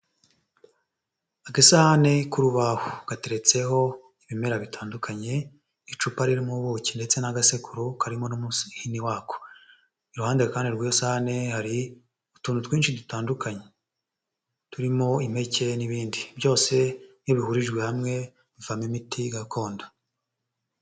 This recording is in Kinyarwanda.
Agasahane k'urubaho gateretseho ibimera bitandukanye, icupa ririmo ubuki ndetse n'agasekuru karimo n'umuhini wako, iruhande kandi rw'iyo sahane hari utuntu twinshi dutandukanye turimo impeke n'ibindi, byose iyo bihurijwe hamwe bivamo imiti gakondo.